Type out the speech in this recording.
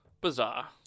bizarre